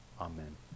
Amen